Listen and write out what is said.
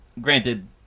granted